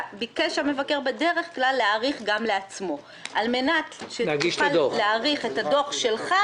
ביקש המבקר בדרך כלל להאריך גם לעצמו על מנת שתוכל להאריך את הדוח שלך,